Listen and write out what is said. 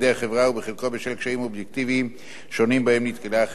בשל קשיים אובייקטיביים שונים שבהם נתקלים החברה והיורשים.